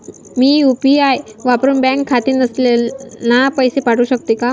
मी UPI वापरुन bank खाते नसलेल्यांना पैसे पाठवू शकते का?